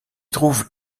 trouve